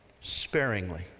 sparingly